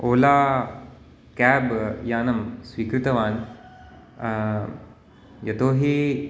Ola cab यानं स्वीकृतवान् यतो हि